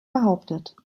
behauptet